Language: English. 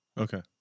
okay